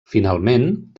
finalment